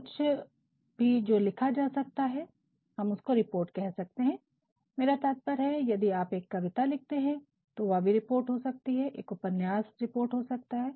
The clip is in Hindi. कुछ भी जो लिखा जा सकता है हम सबको रिपोर्ट कह सकते हैं मेरा तात्पर्य है कि यदि आप एक कविता लिखते हैं तो वह भी एक रिपोर्ट हो सकती है एक उपन्यास रिपोर्ट हो सकता है